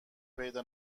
پیدا